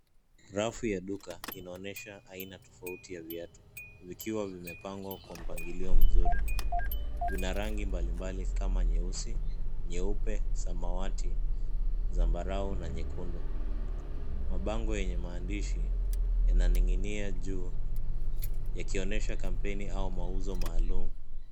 Rafu ya duka inaonyesha aina tofauti ya viatu vikiwa vimepangwa kwa mpangilio mzuri. Vina rangi mbalimbali kama: nyeusi, nyeupe, samawati, zambarau na nyekundu. Mabango yenye maandishi yananing'inia juu yakionyesha kampeni au mauzo maalum.